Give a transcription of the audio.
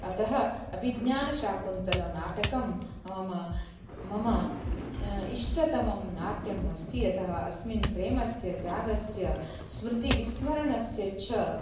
अतः अभिज्ञानशाकुन्तलनाटकं मम मम इष्टतमं नाट्यम् अस्ति यतः अस्मिन् प्रेम्णः त्यागस्य स्मृतिविस्मरणस्य च